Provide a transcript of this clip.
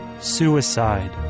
suicide